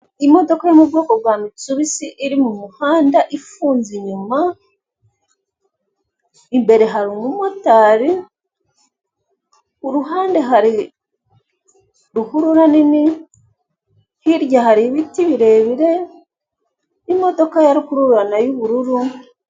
Imodoka yo mubwoko bwa mitsubisi iri mumuhanda ifunze inyuma, imbere hari umumotari, kuruhande hari ruhurura nini, hirya hari ibiti birebire, imodoka ya rukururana y'ubururu.